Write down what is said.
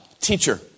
teacher